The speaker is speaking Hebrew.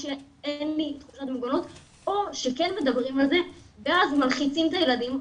או שאין לי תחושת מוגנות או שכן מדברים על זה ואז מלחיצים את הילדים,